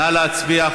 נא להצביע,